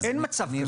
אין מצב כזה.